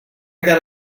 got